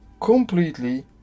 completely